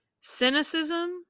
cynicism